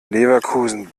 leverkusen